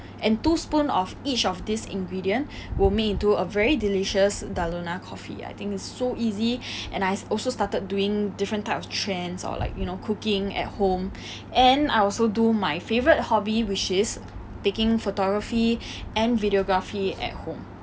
and two spoon of each of these ingredients will make into a very delicious dalgona coffee I think it's so easy and I also started doing different type of trends or like you know cooking at home and I also do my favorite hobby which is taking photography and videography at home